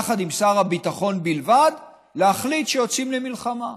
יחד עם שר הביטחון בלבד, להחליט שיוצאים למלחמה.